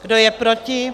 Kdo je proti?